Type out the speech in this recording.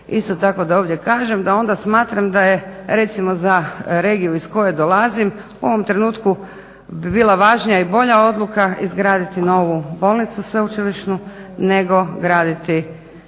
isto tako da ovdje kažem da onda smatram da je recimo za regiju iz koje dolazim u ovom trenutku bi bila važnija i bolja odluka izgraditi novu bolnicu sveučilišnu nego graditi